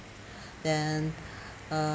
then uh